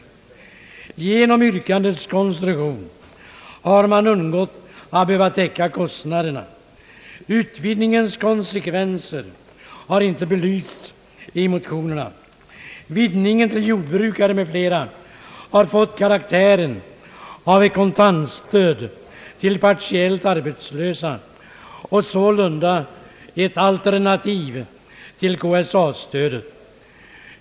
Genom yrkandets konstruktion har man undgått att behöva täcka kostnaderna. Utvidgningens konsekvenser har inte belysts i motionerna. Vidgningen till jordbrukare m.fl. har fått karaktären av ett kontantstöd till partiellt arbetslösa och sålunda ett alternativ till KSA-stödet.